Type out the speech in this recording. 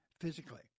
physically